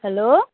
hello